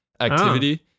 activity